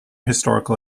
historical